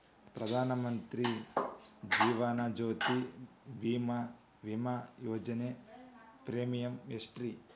ಪ್ರಧಾನ ಮಂತ್ರಿ ಜೇವನ ಜ್ಯೋತಿ ಭೇಮಾ, ವಿಮಾ ಯೋಜನೆ ಪ್ರೇಮಿಯಂ ಎಷ್ಟ್ರಿ?